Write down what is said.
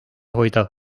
hoida